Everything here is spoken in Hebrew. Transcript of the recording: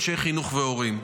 אנשי חינוך והורים.